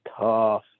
tough